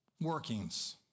workings